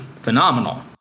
phenomenal